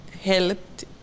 helped